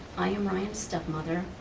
i am ryan's stepmother.